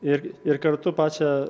ir ir kartu pačią